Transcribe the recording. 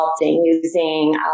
using